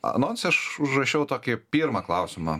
anonse aš užrašiau tokį pirmą klausimą